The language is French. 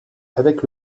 avec